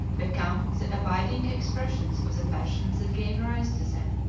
become the abiding expressions of the passions that gave rise to them.